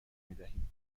میدهیم